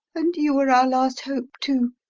and you were our last hope, too!